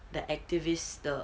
the activists the